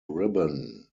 ribbon